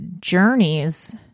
journeys